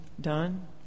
done